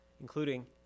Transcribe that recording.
including